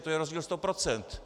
To je rozdíl sto procent!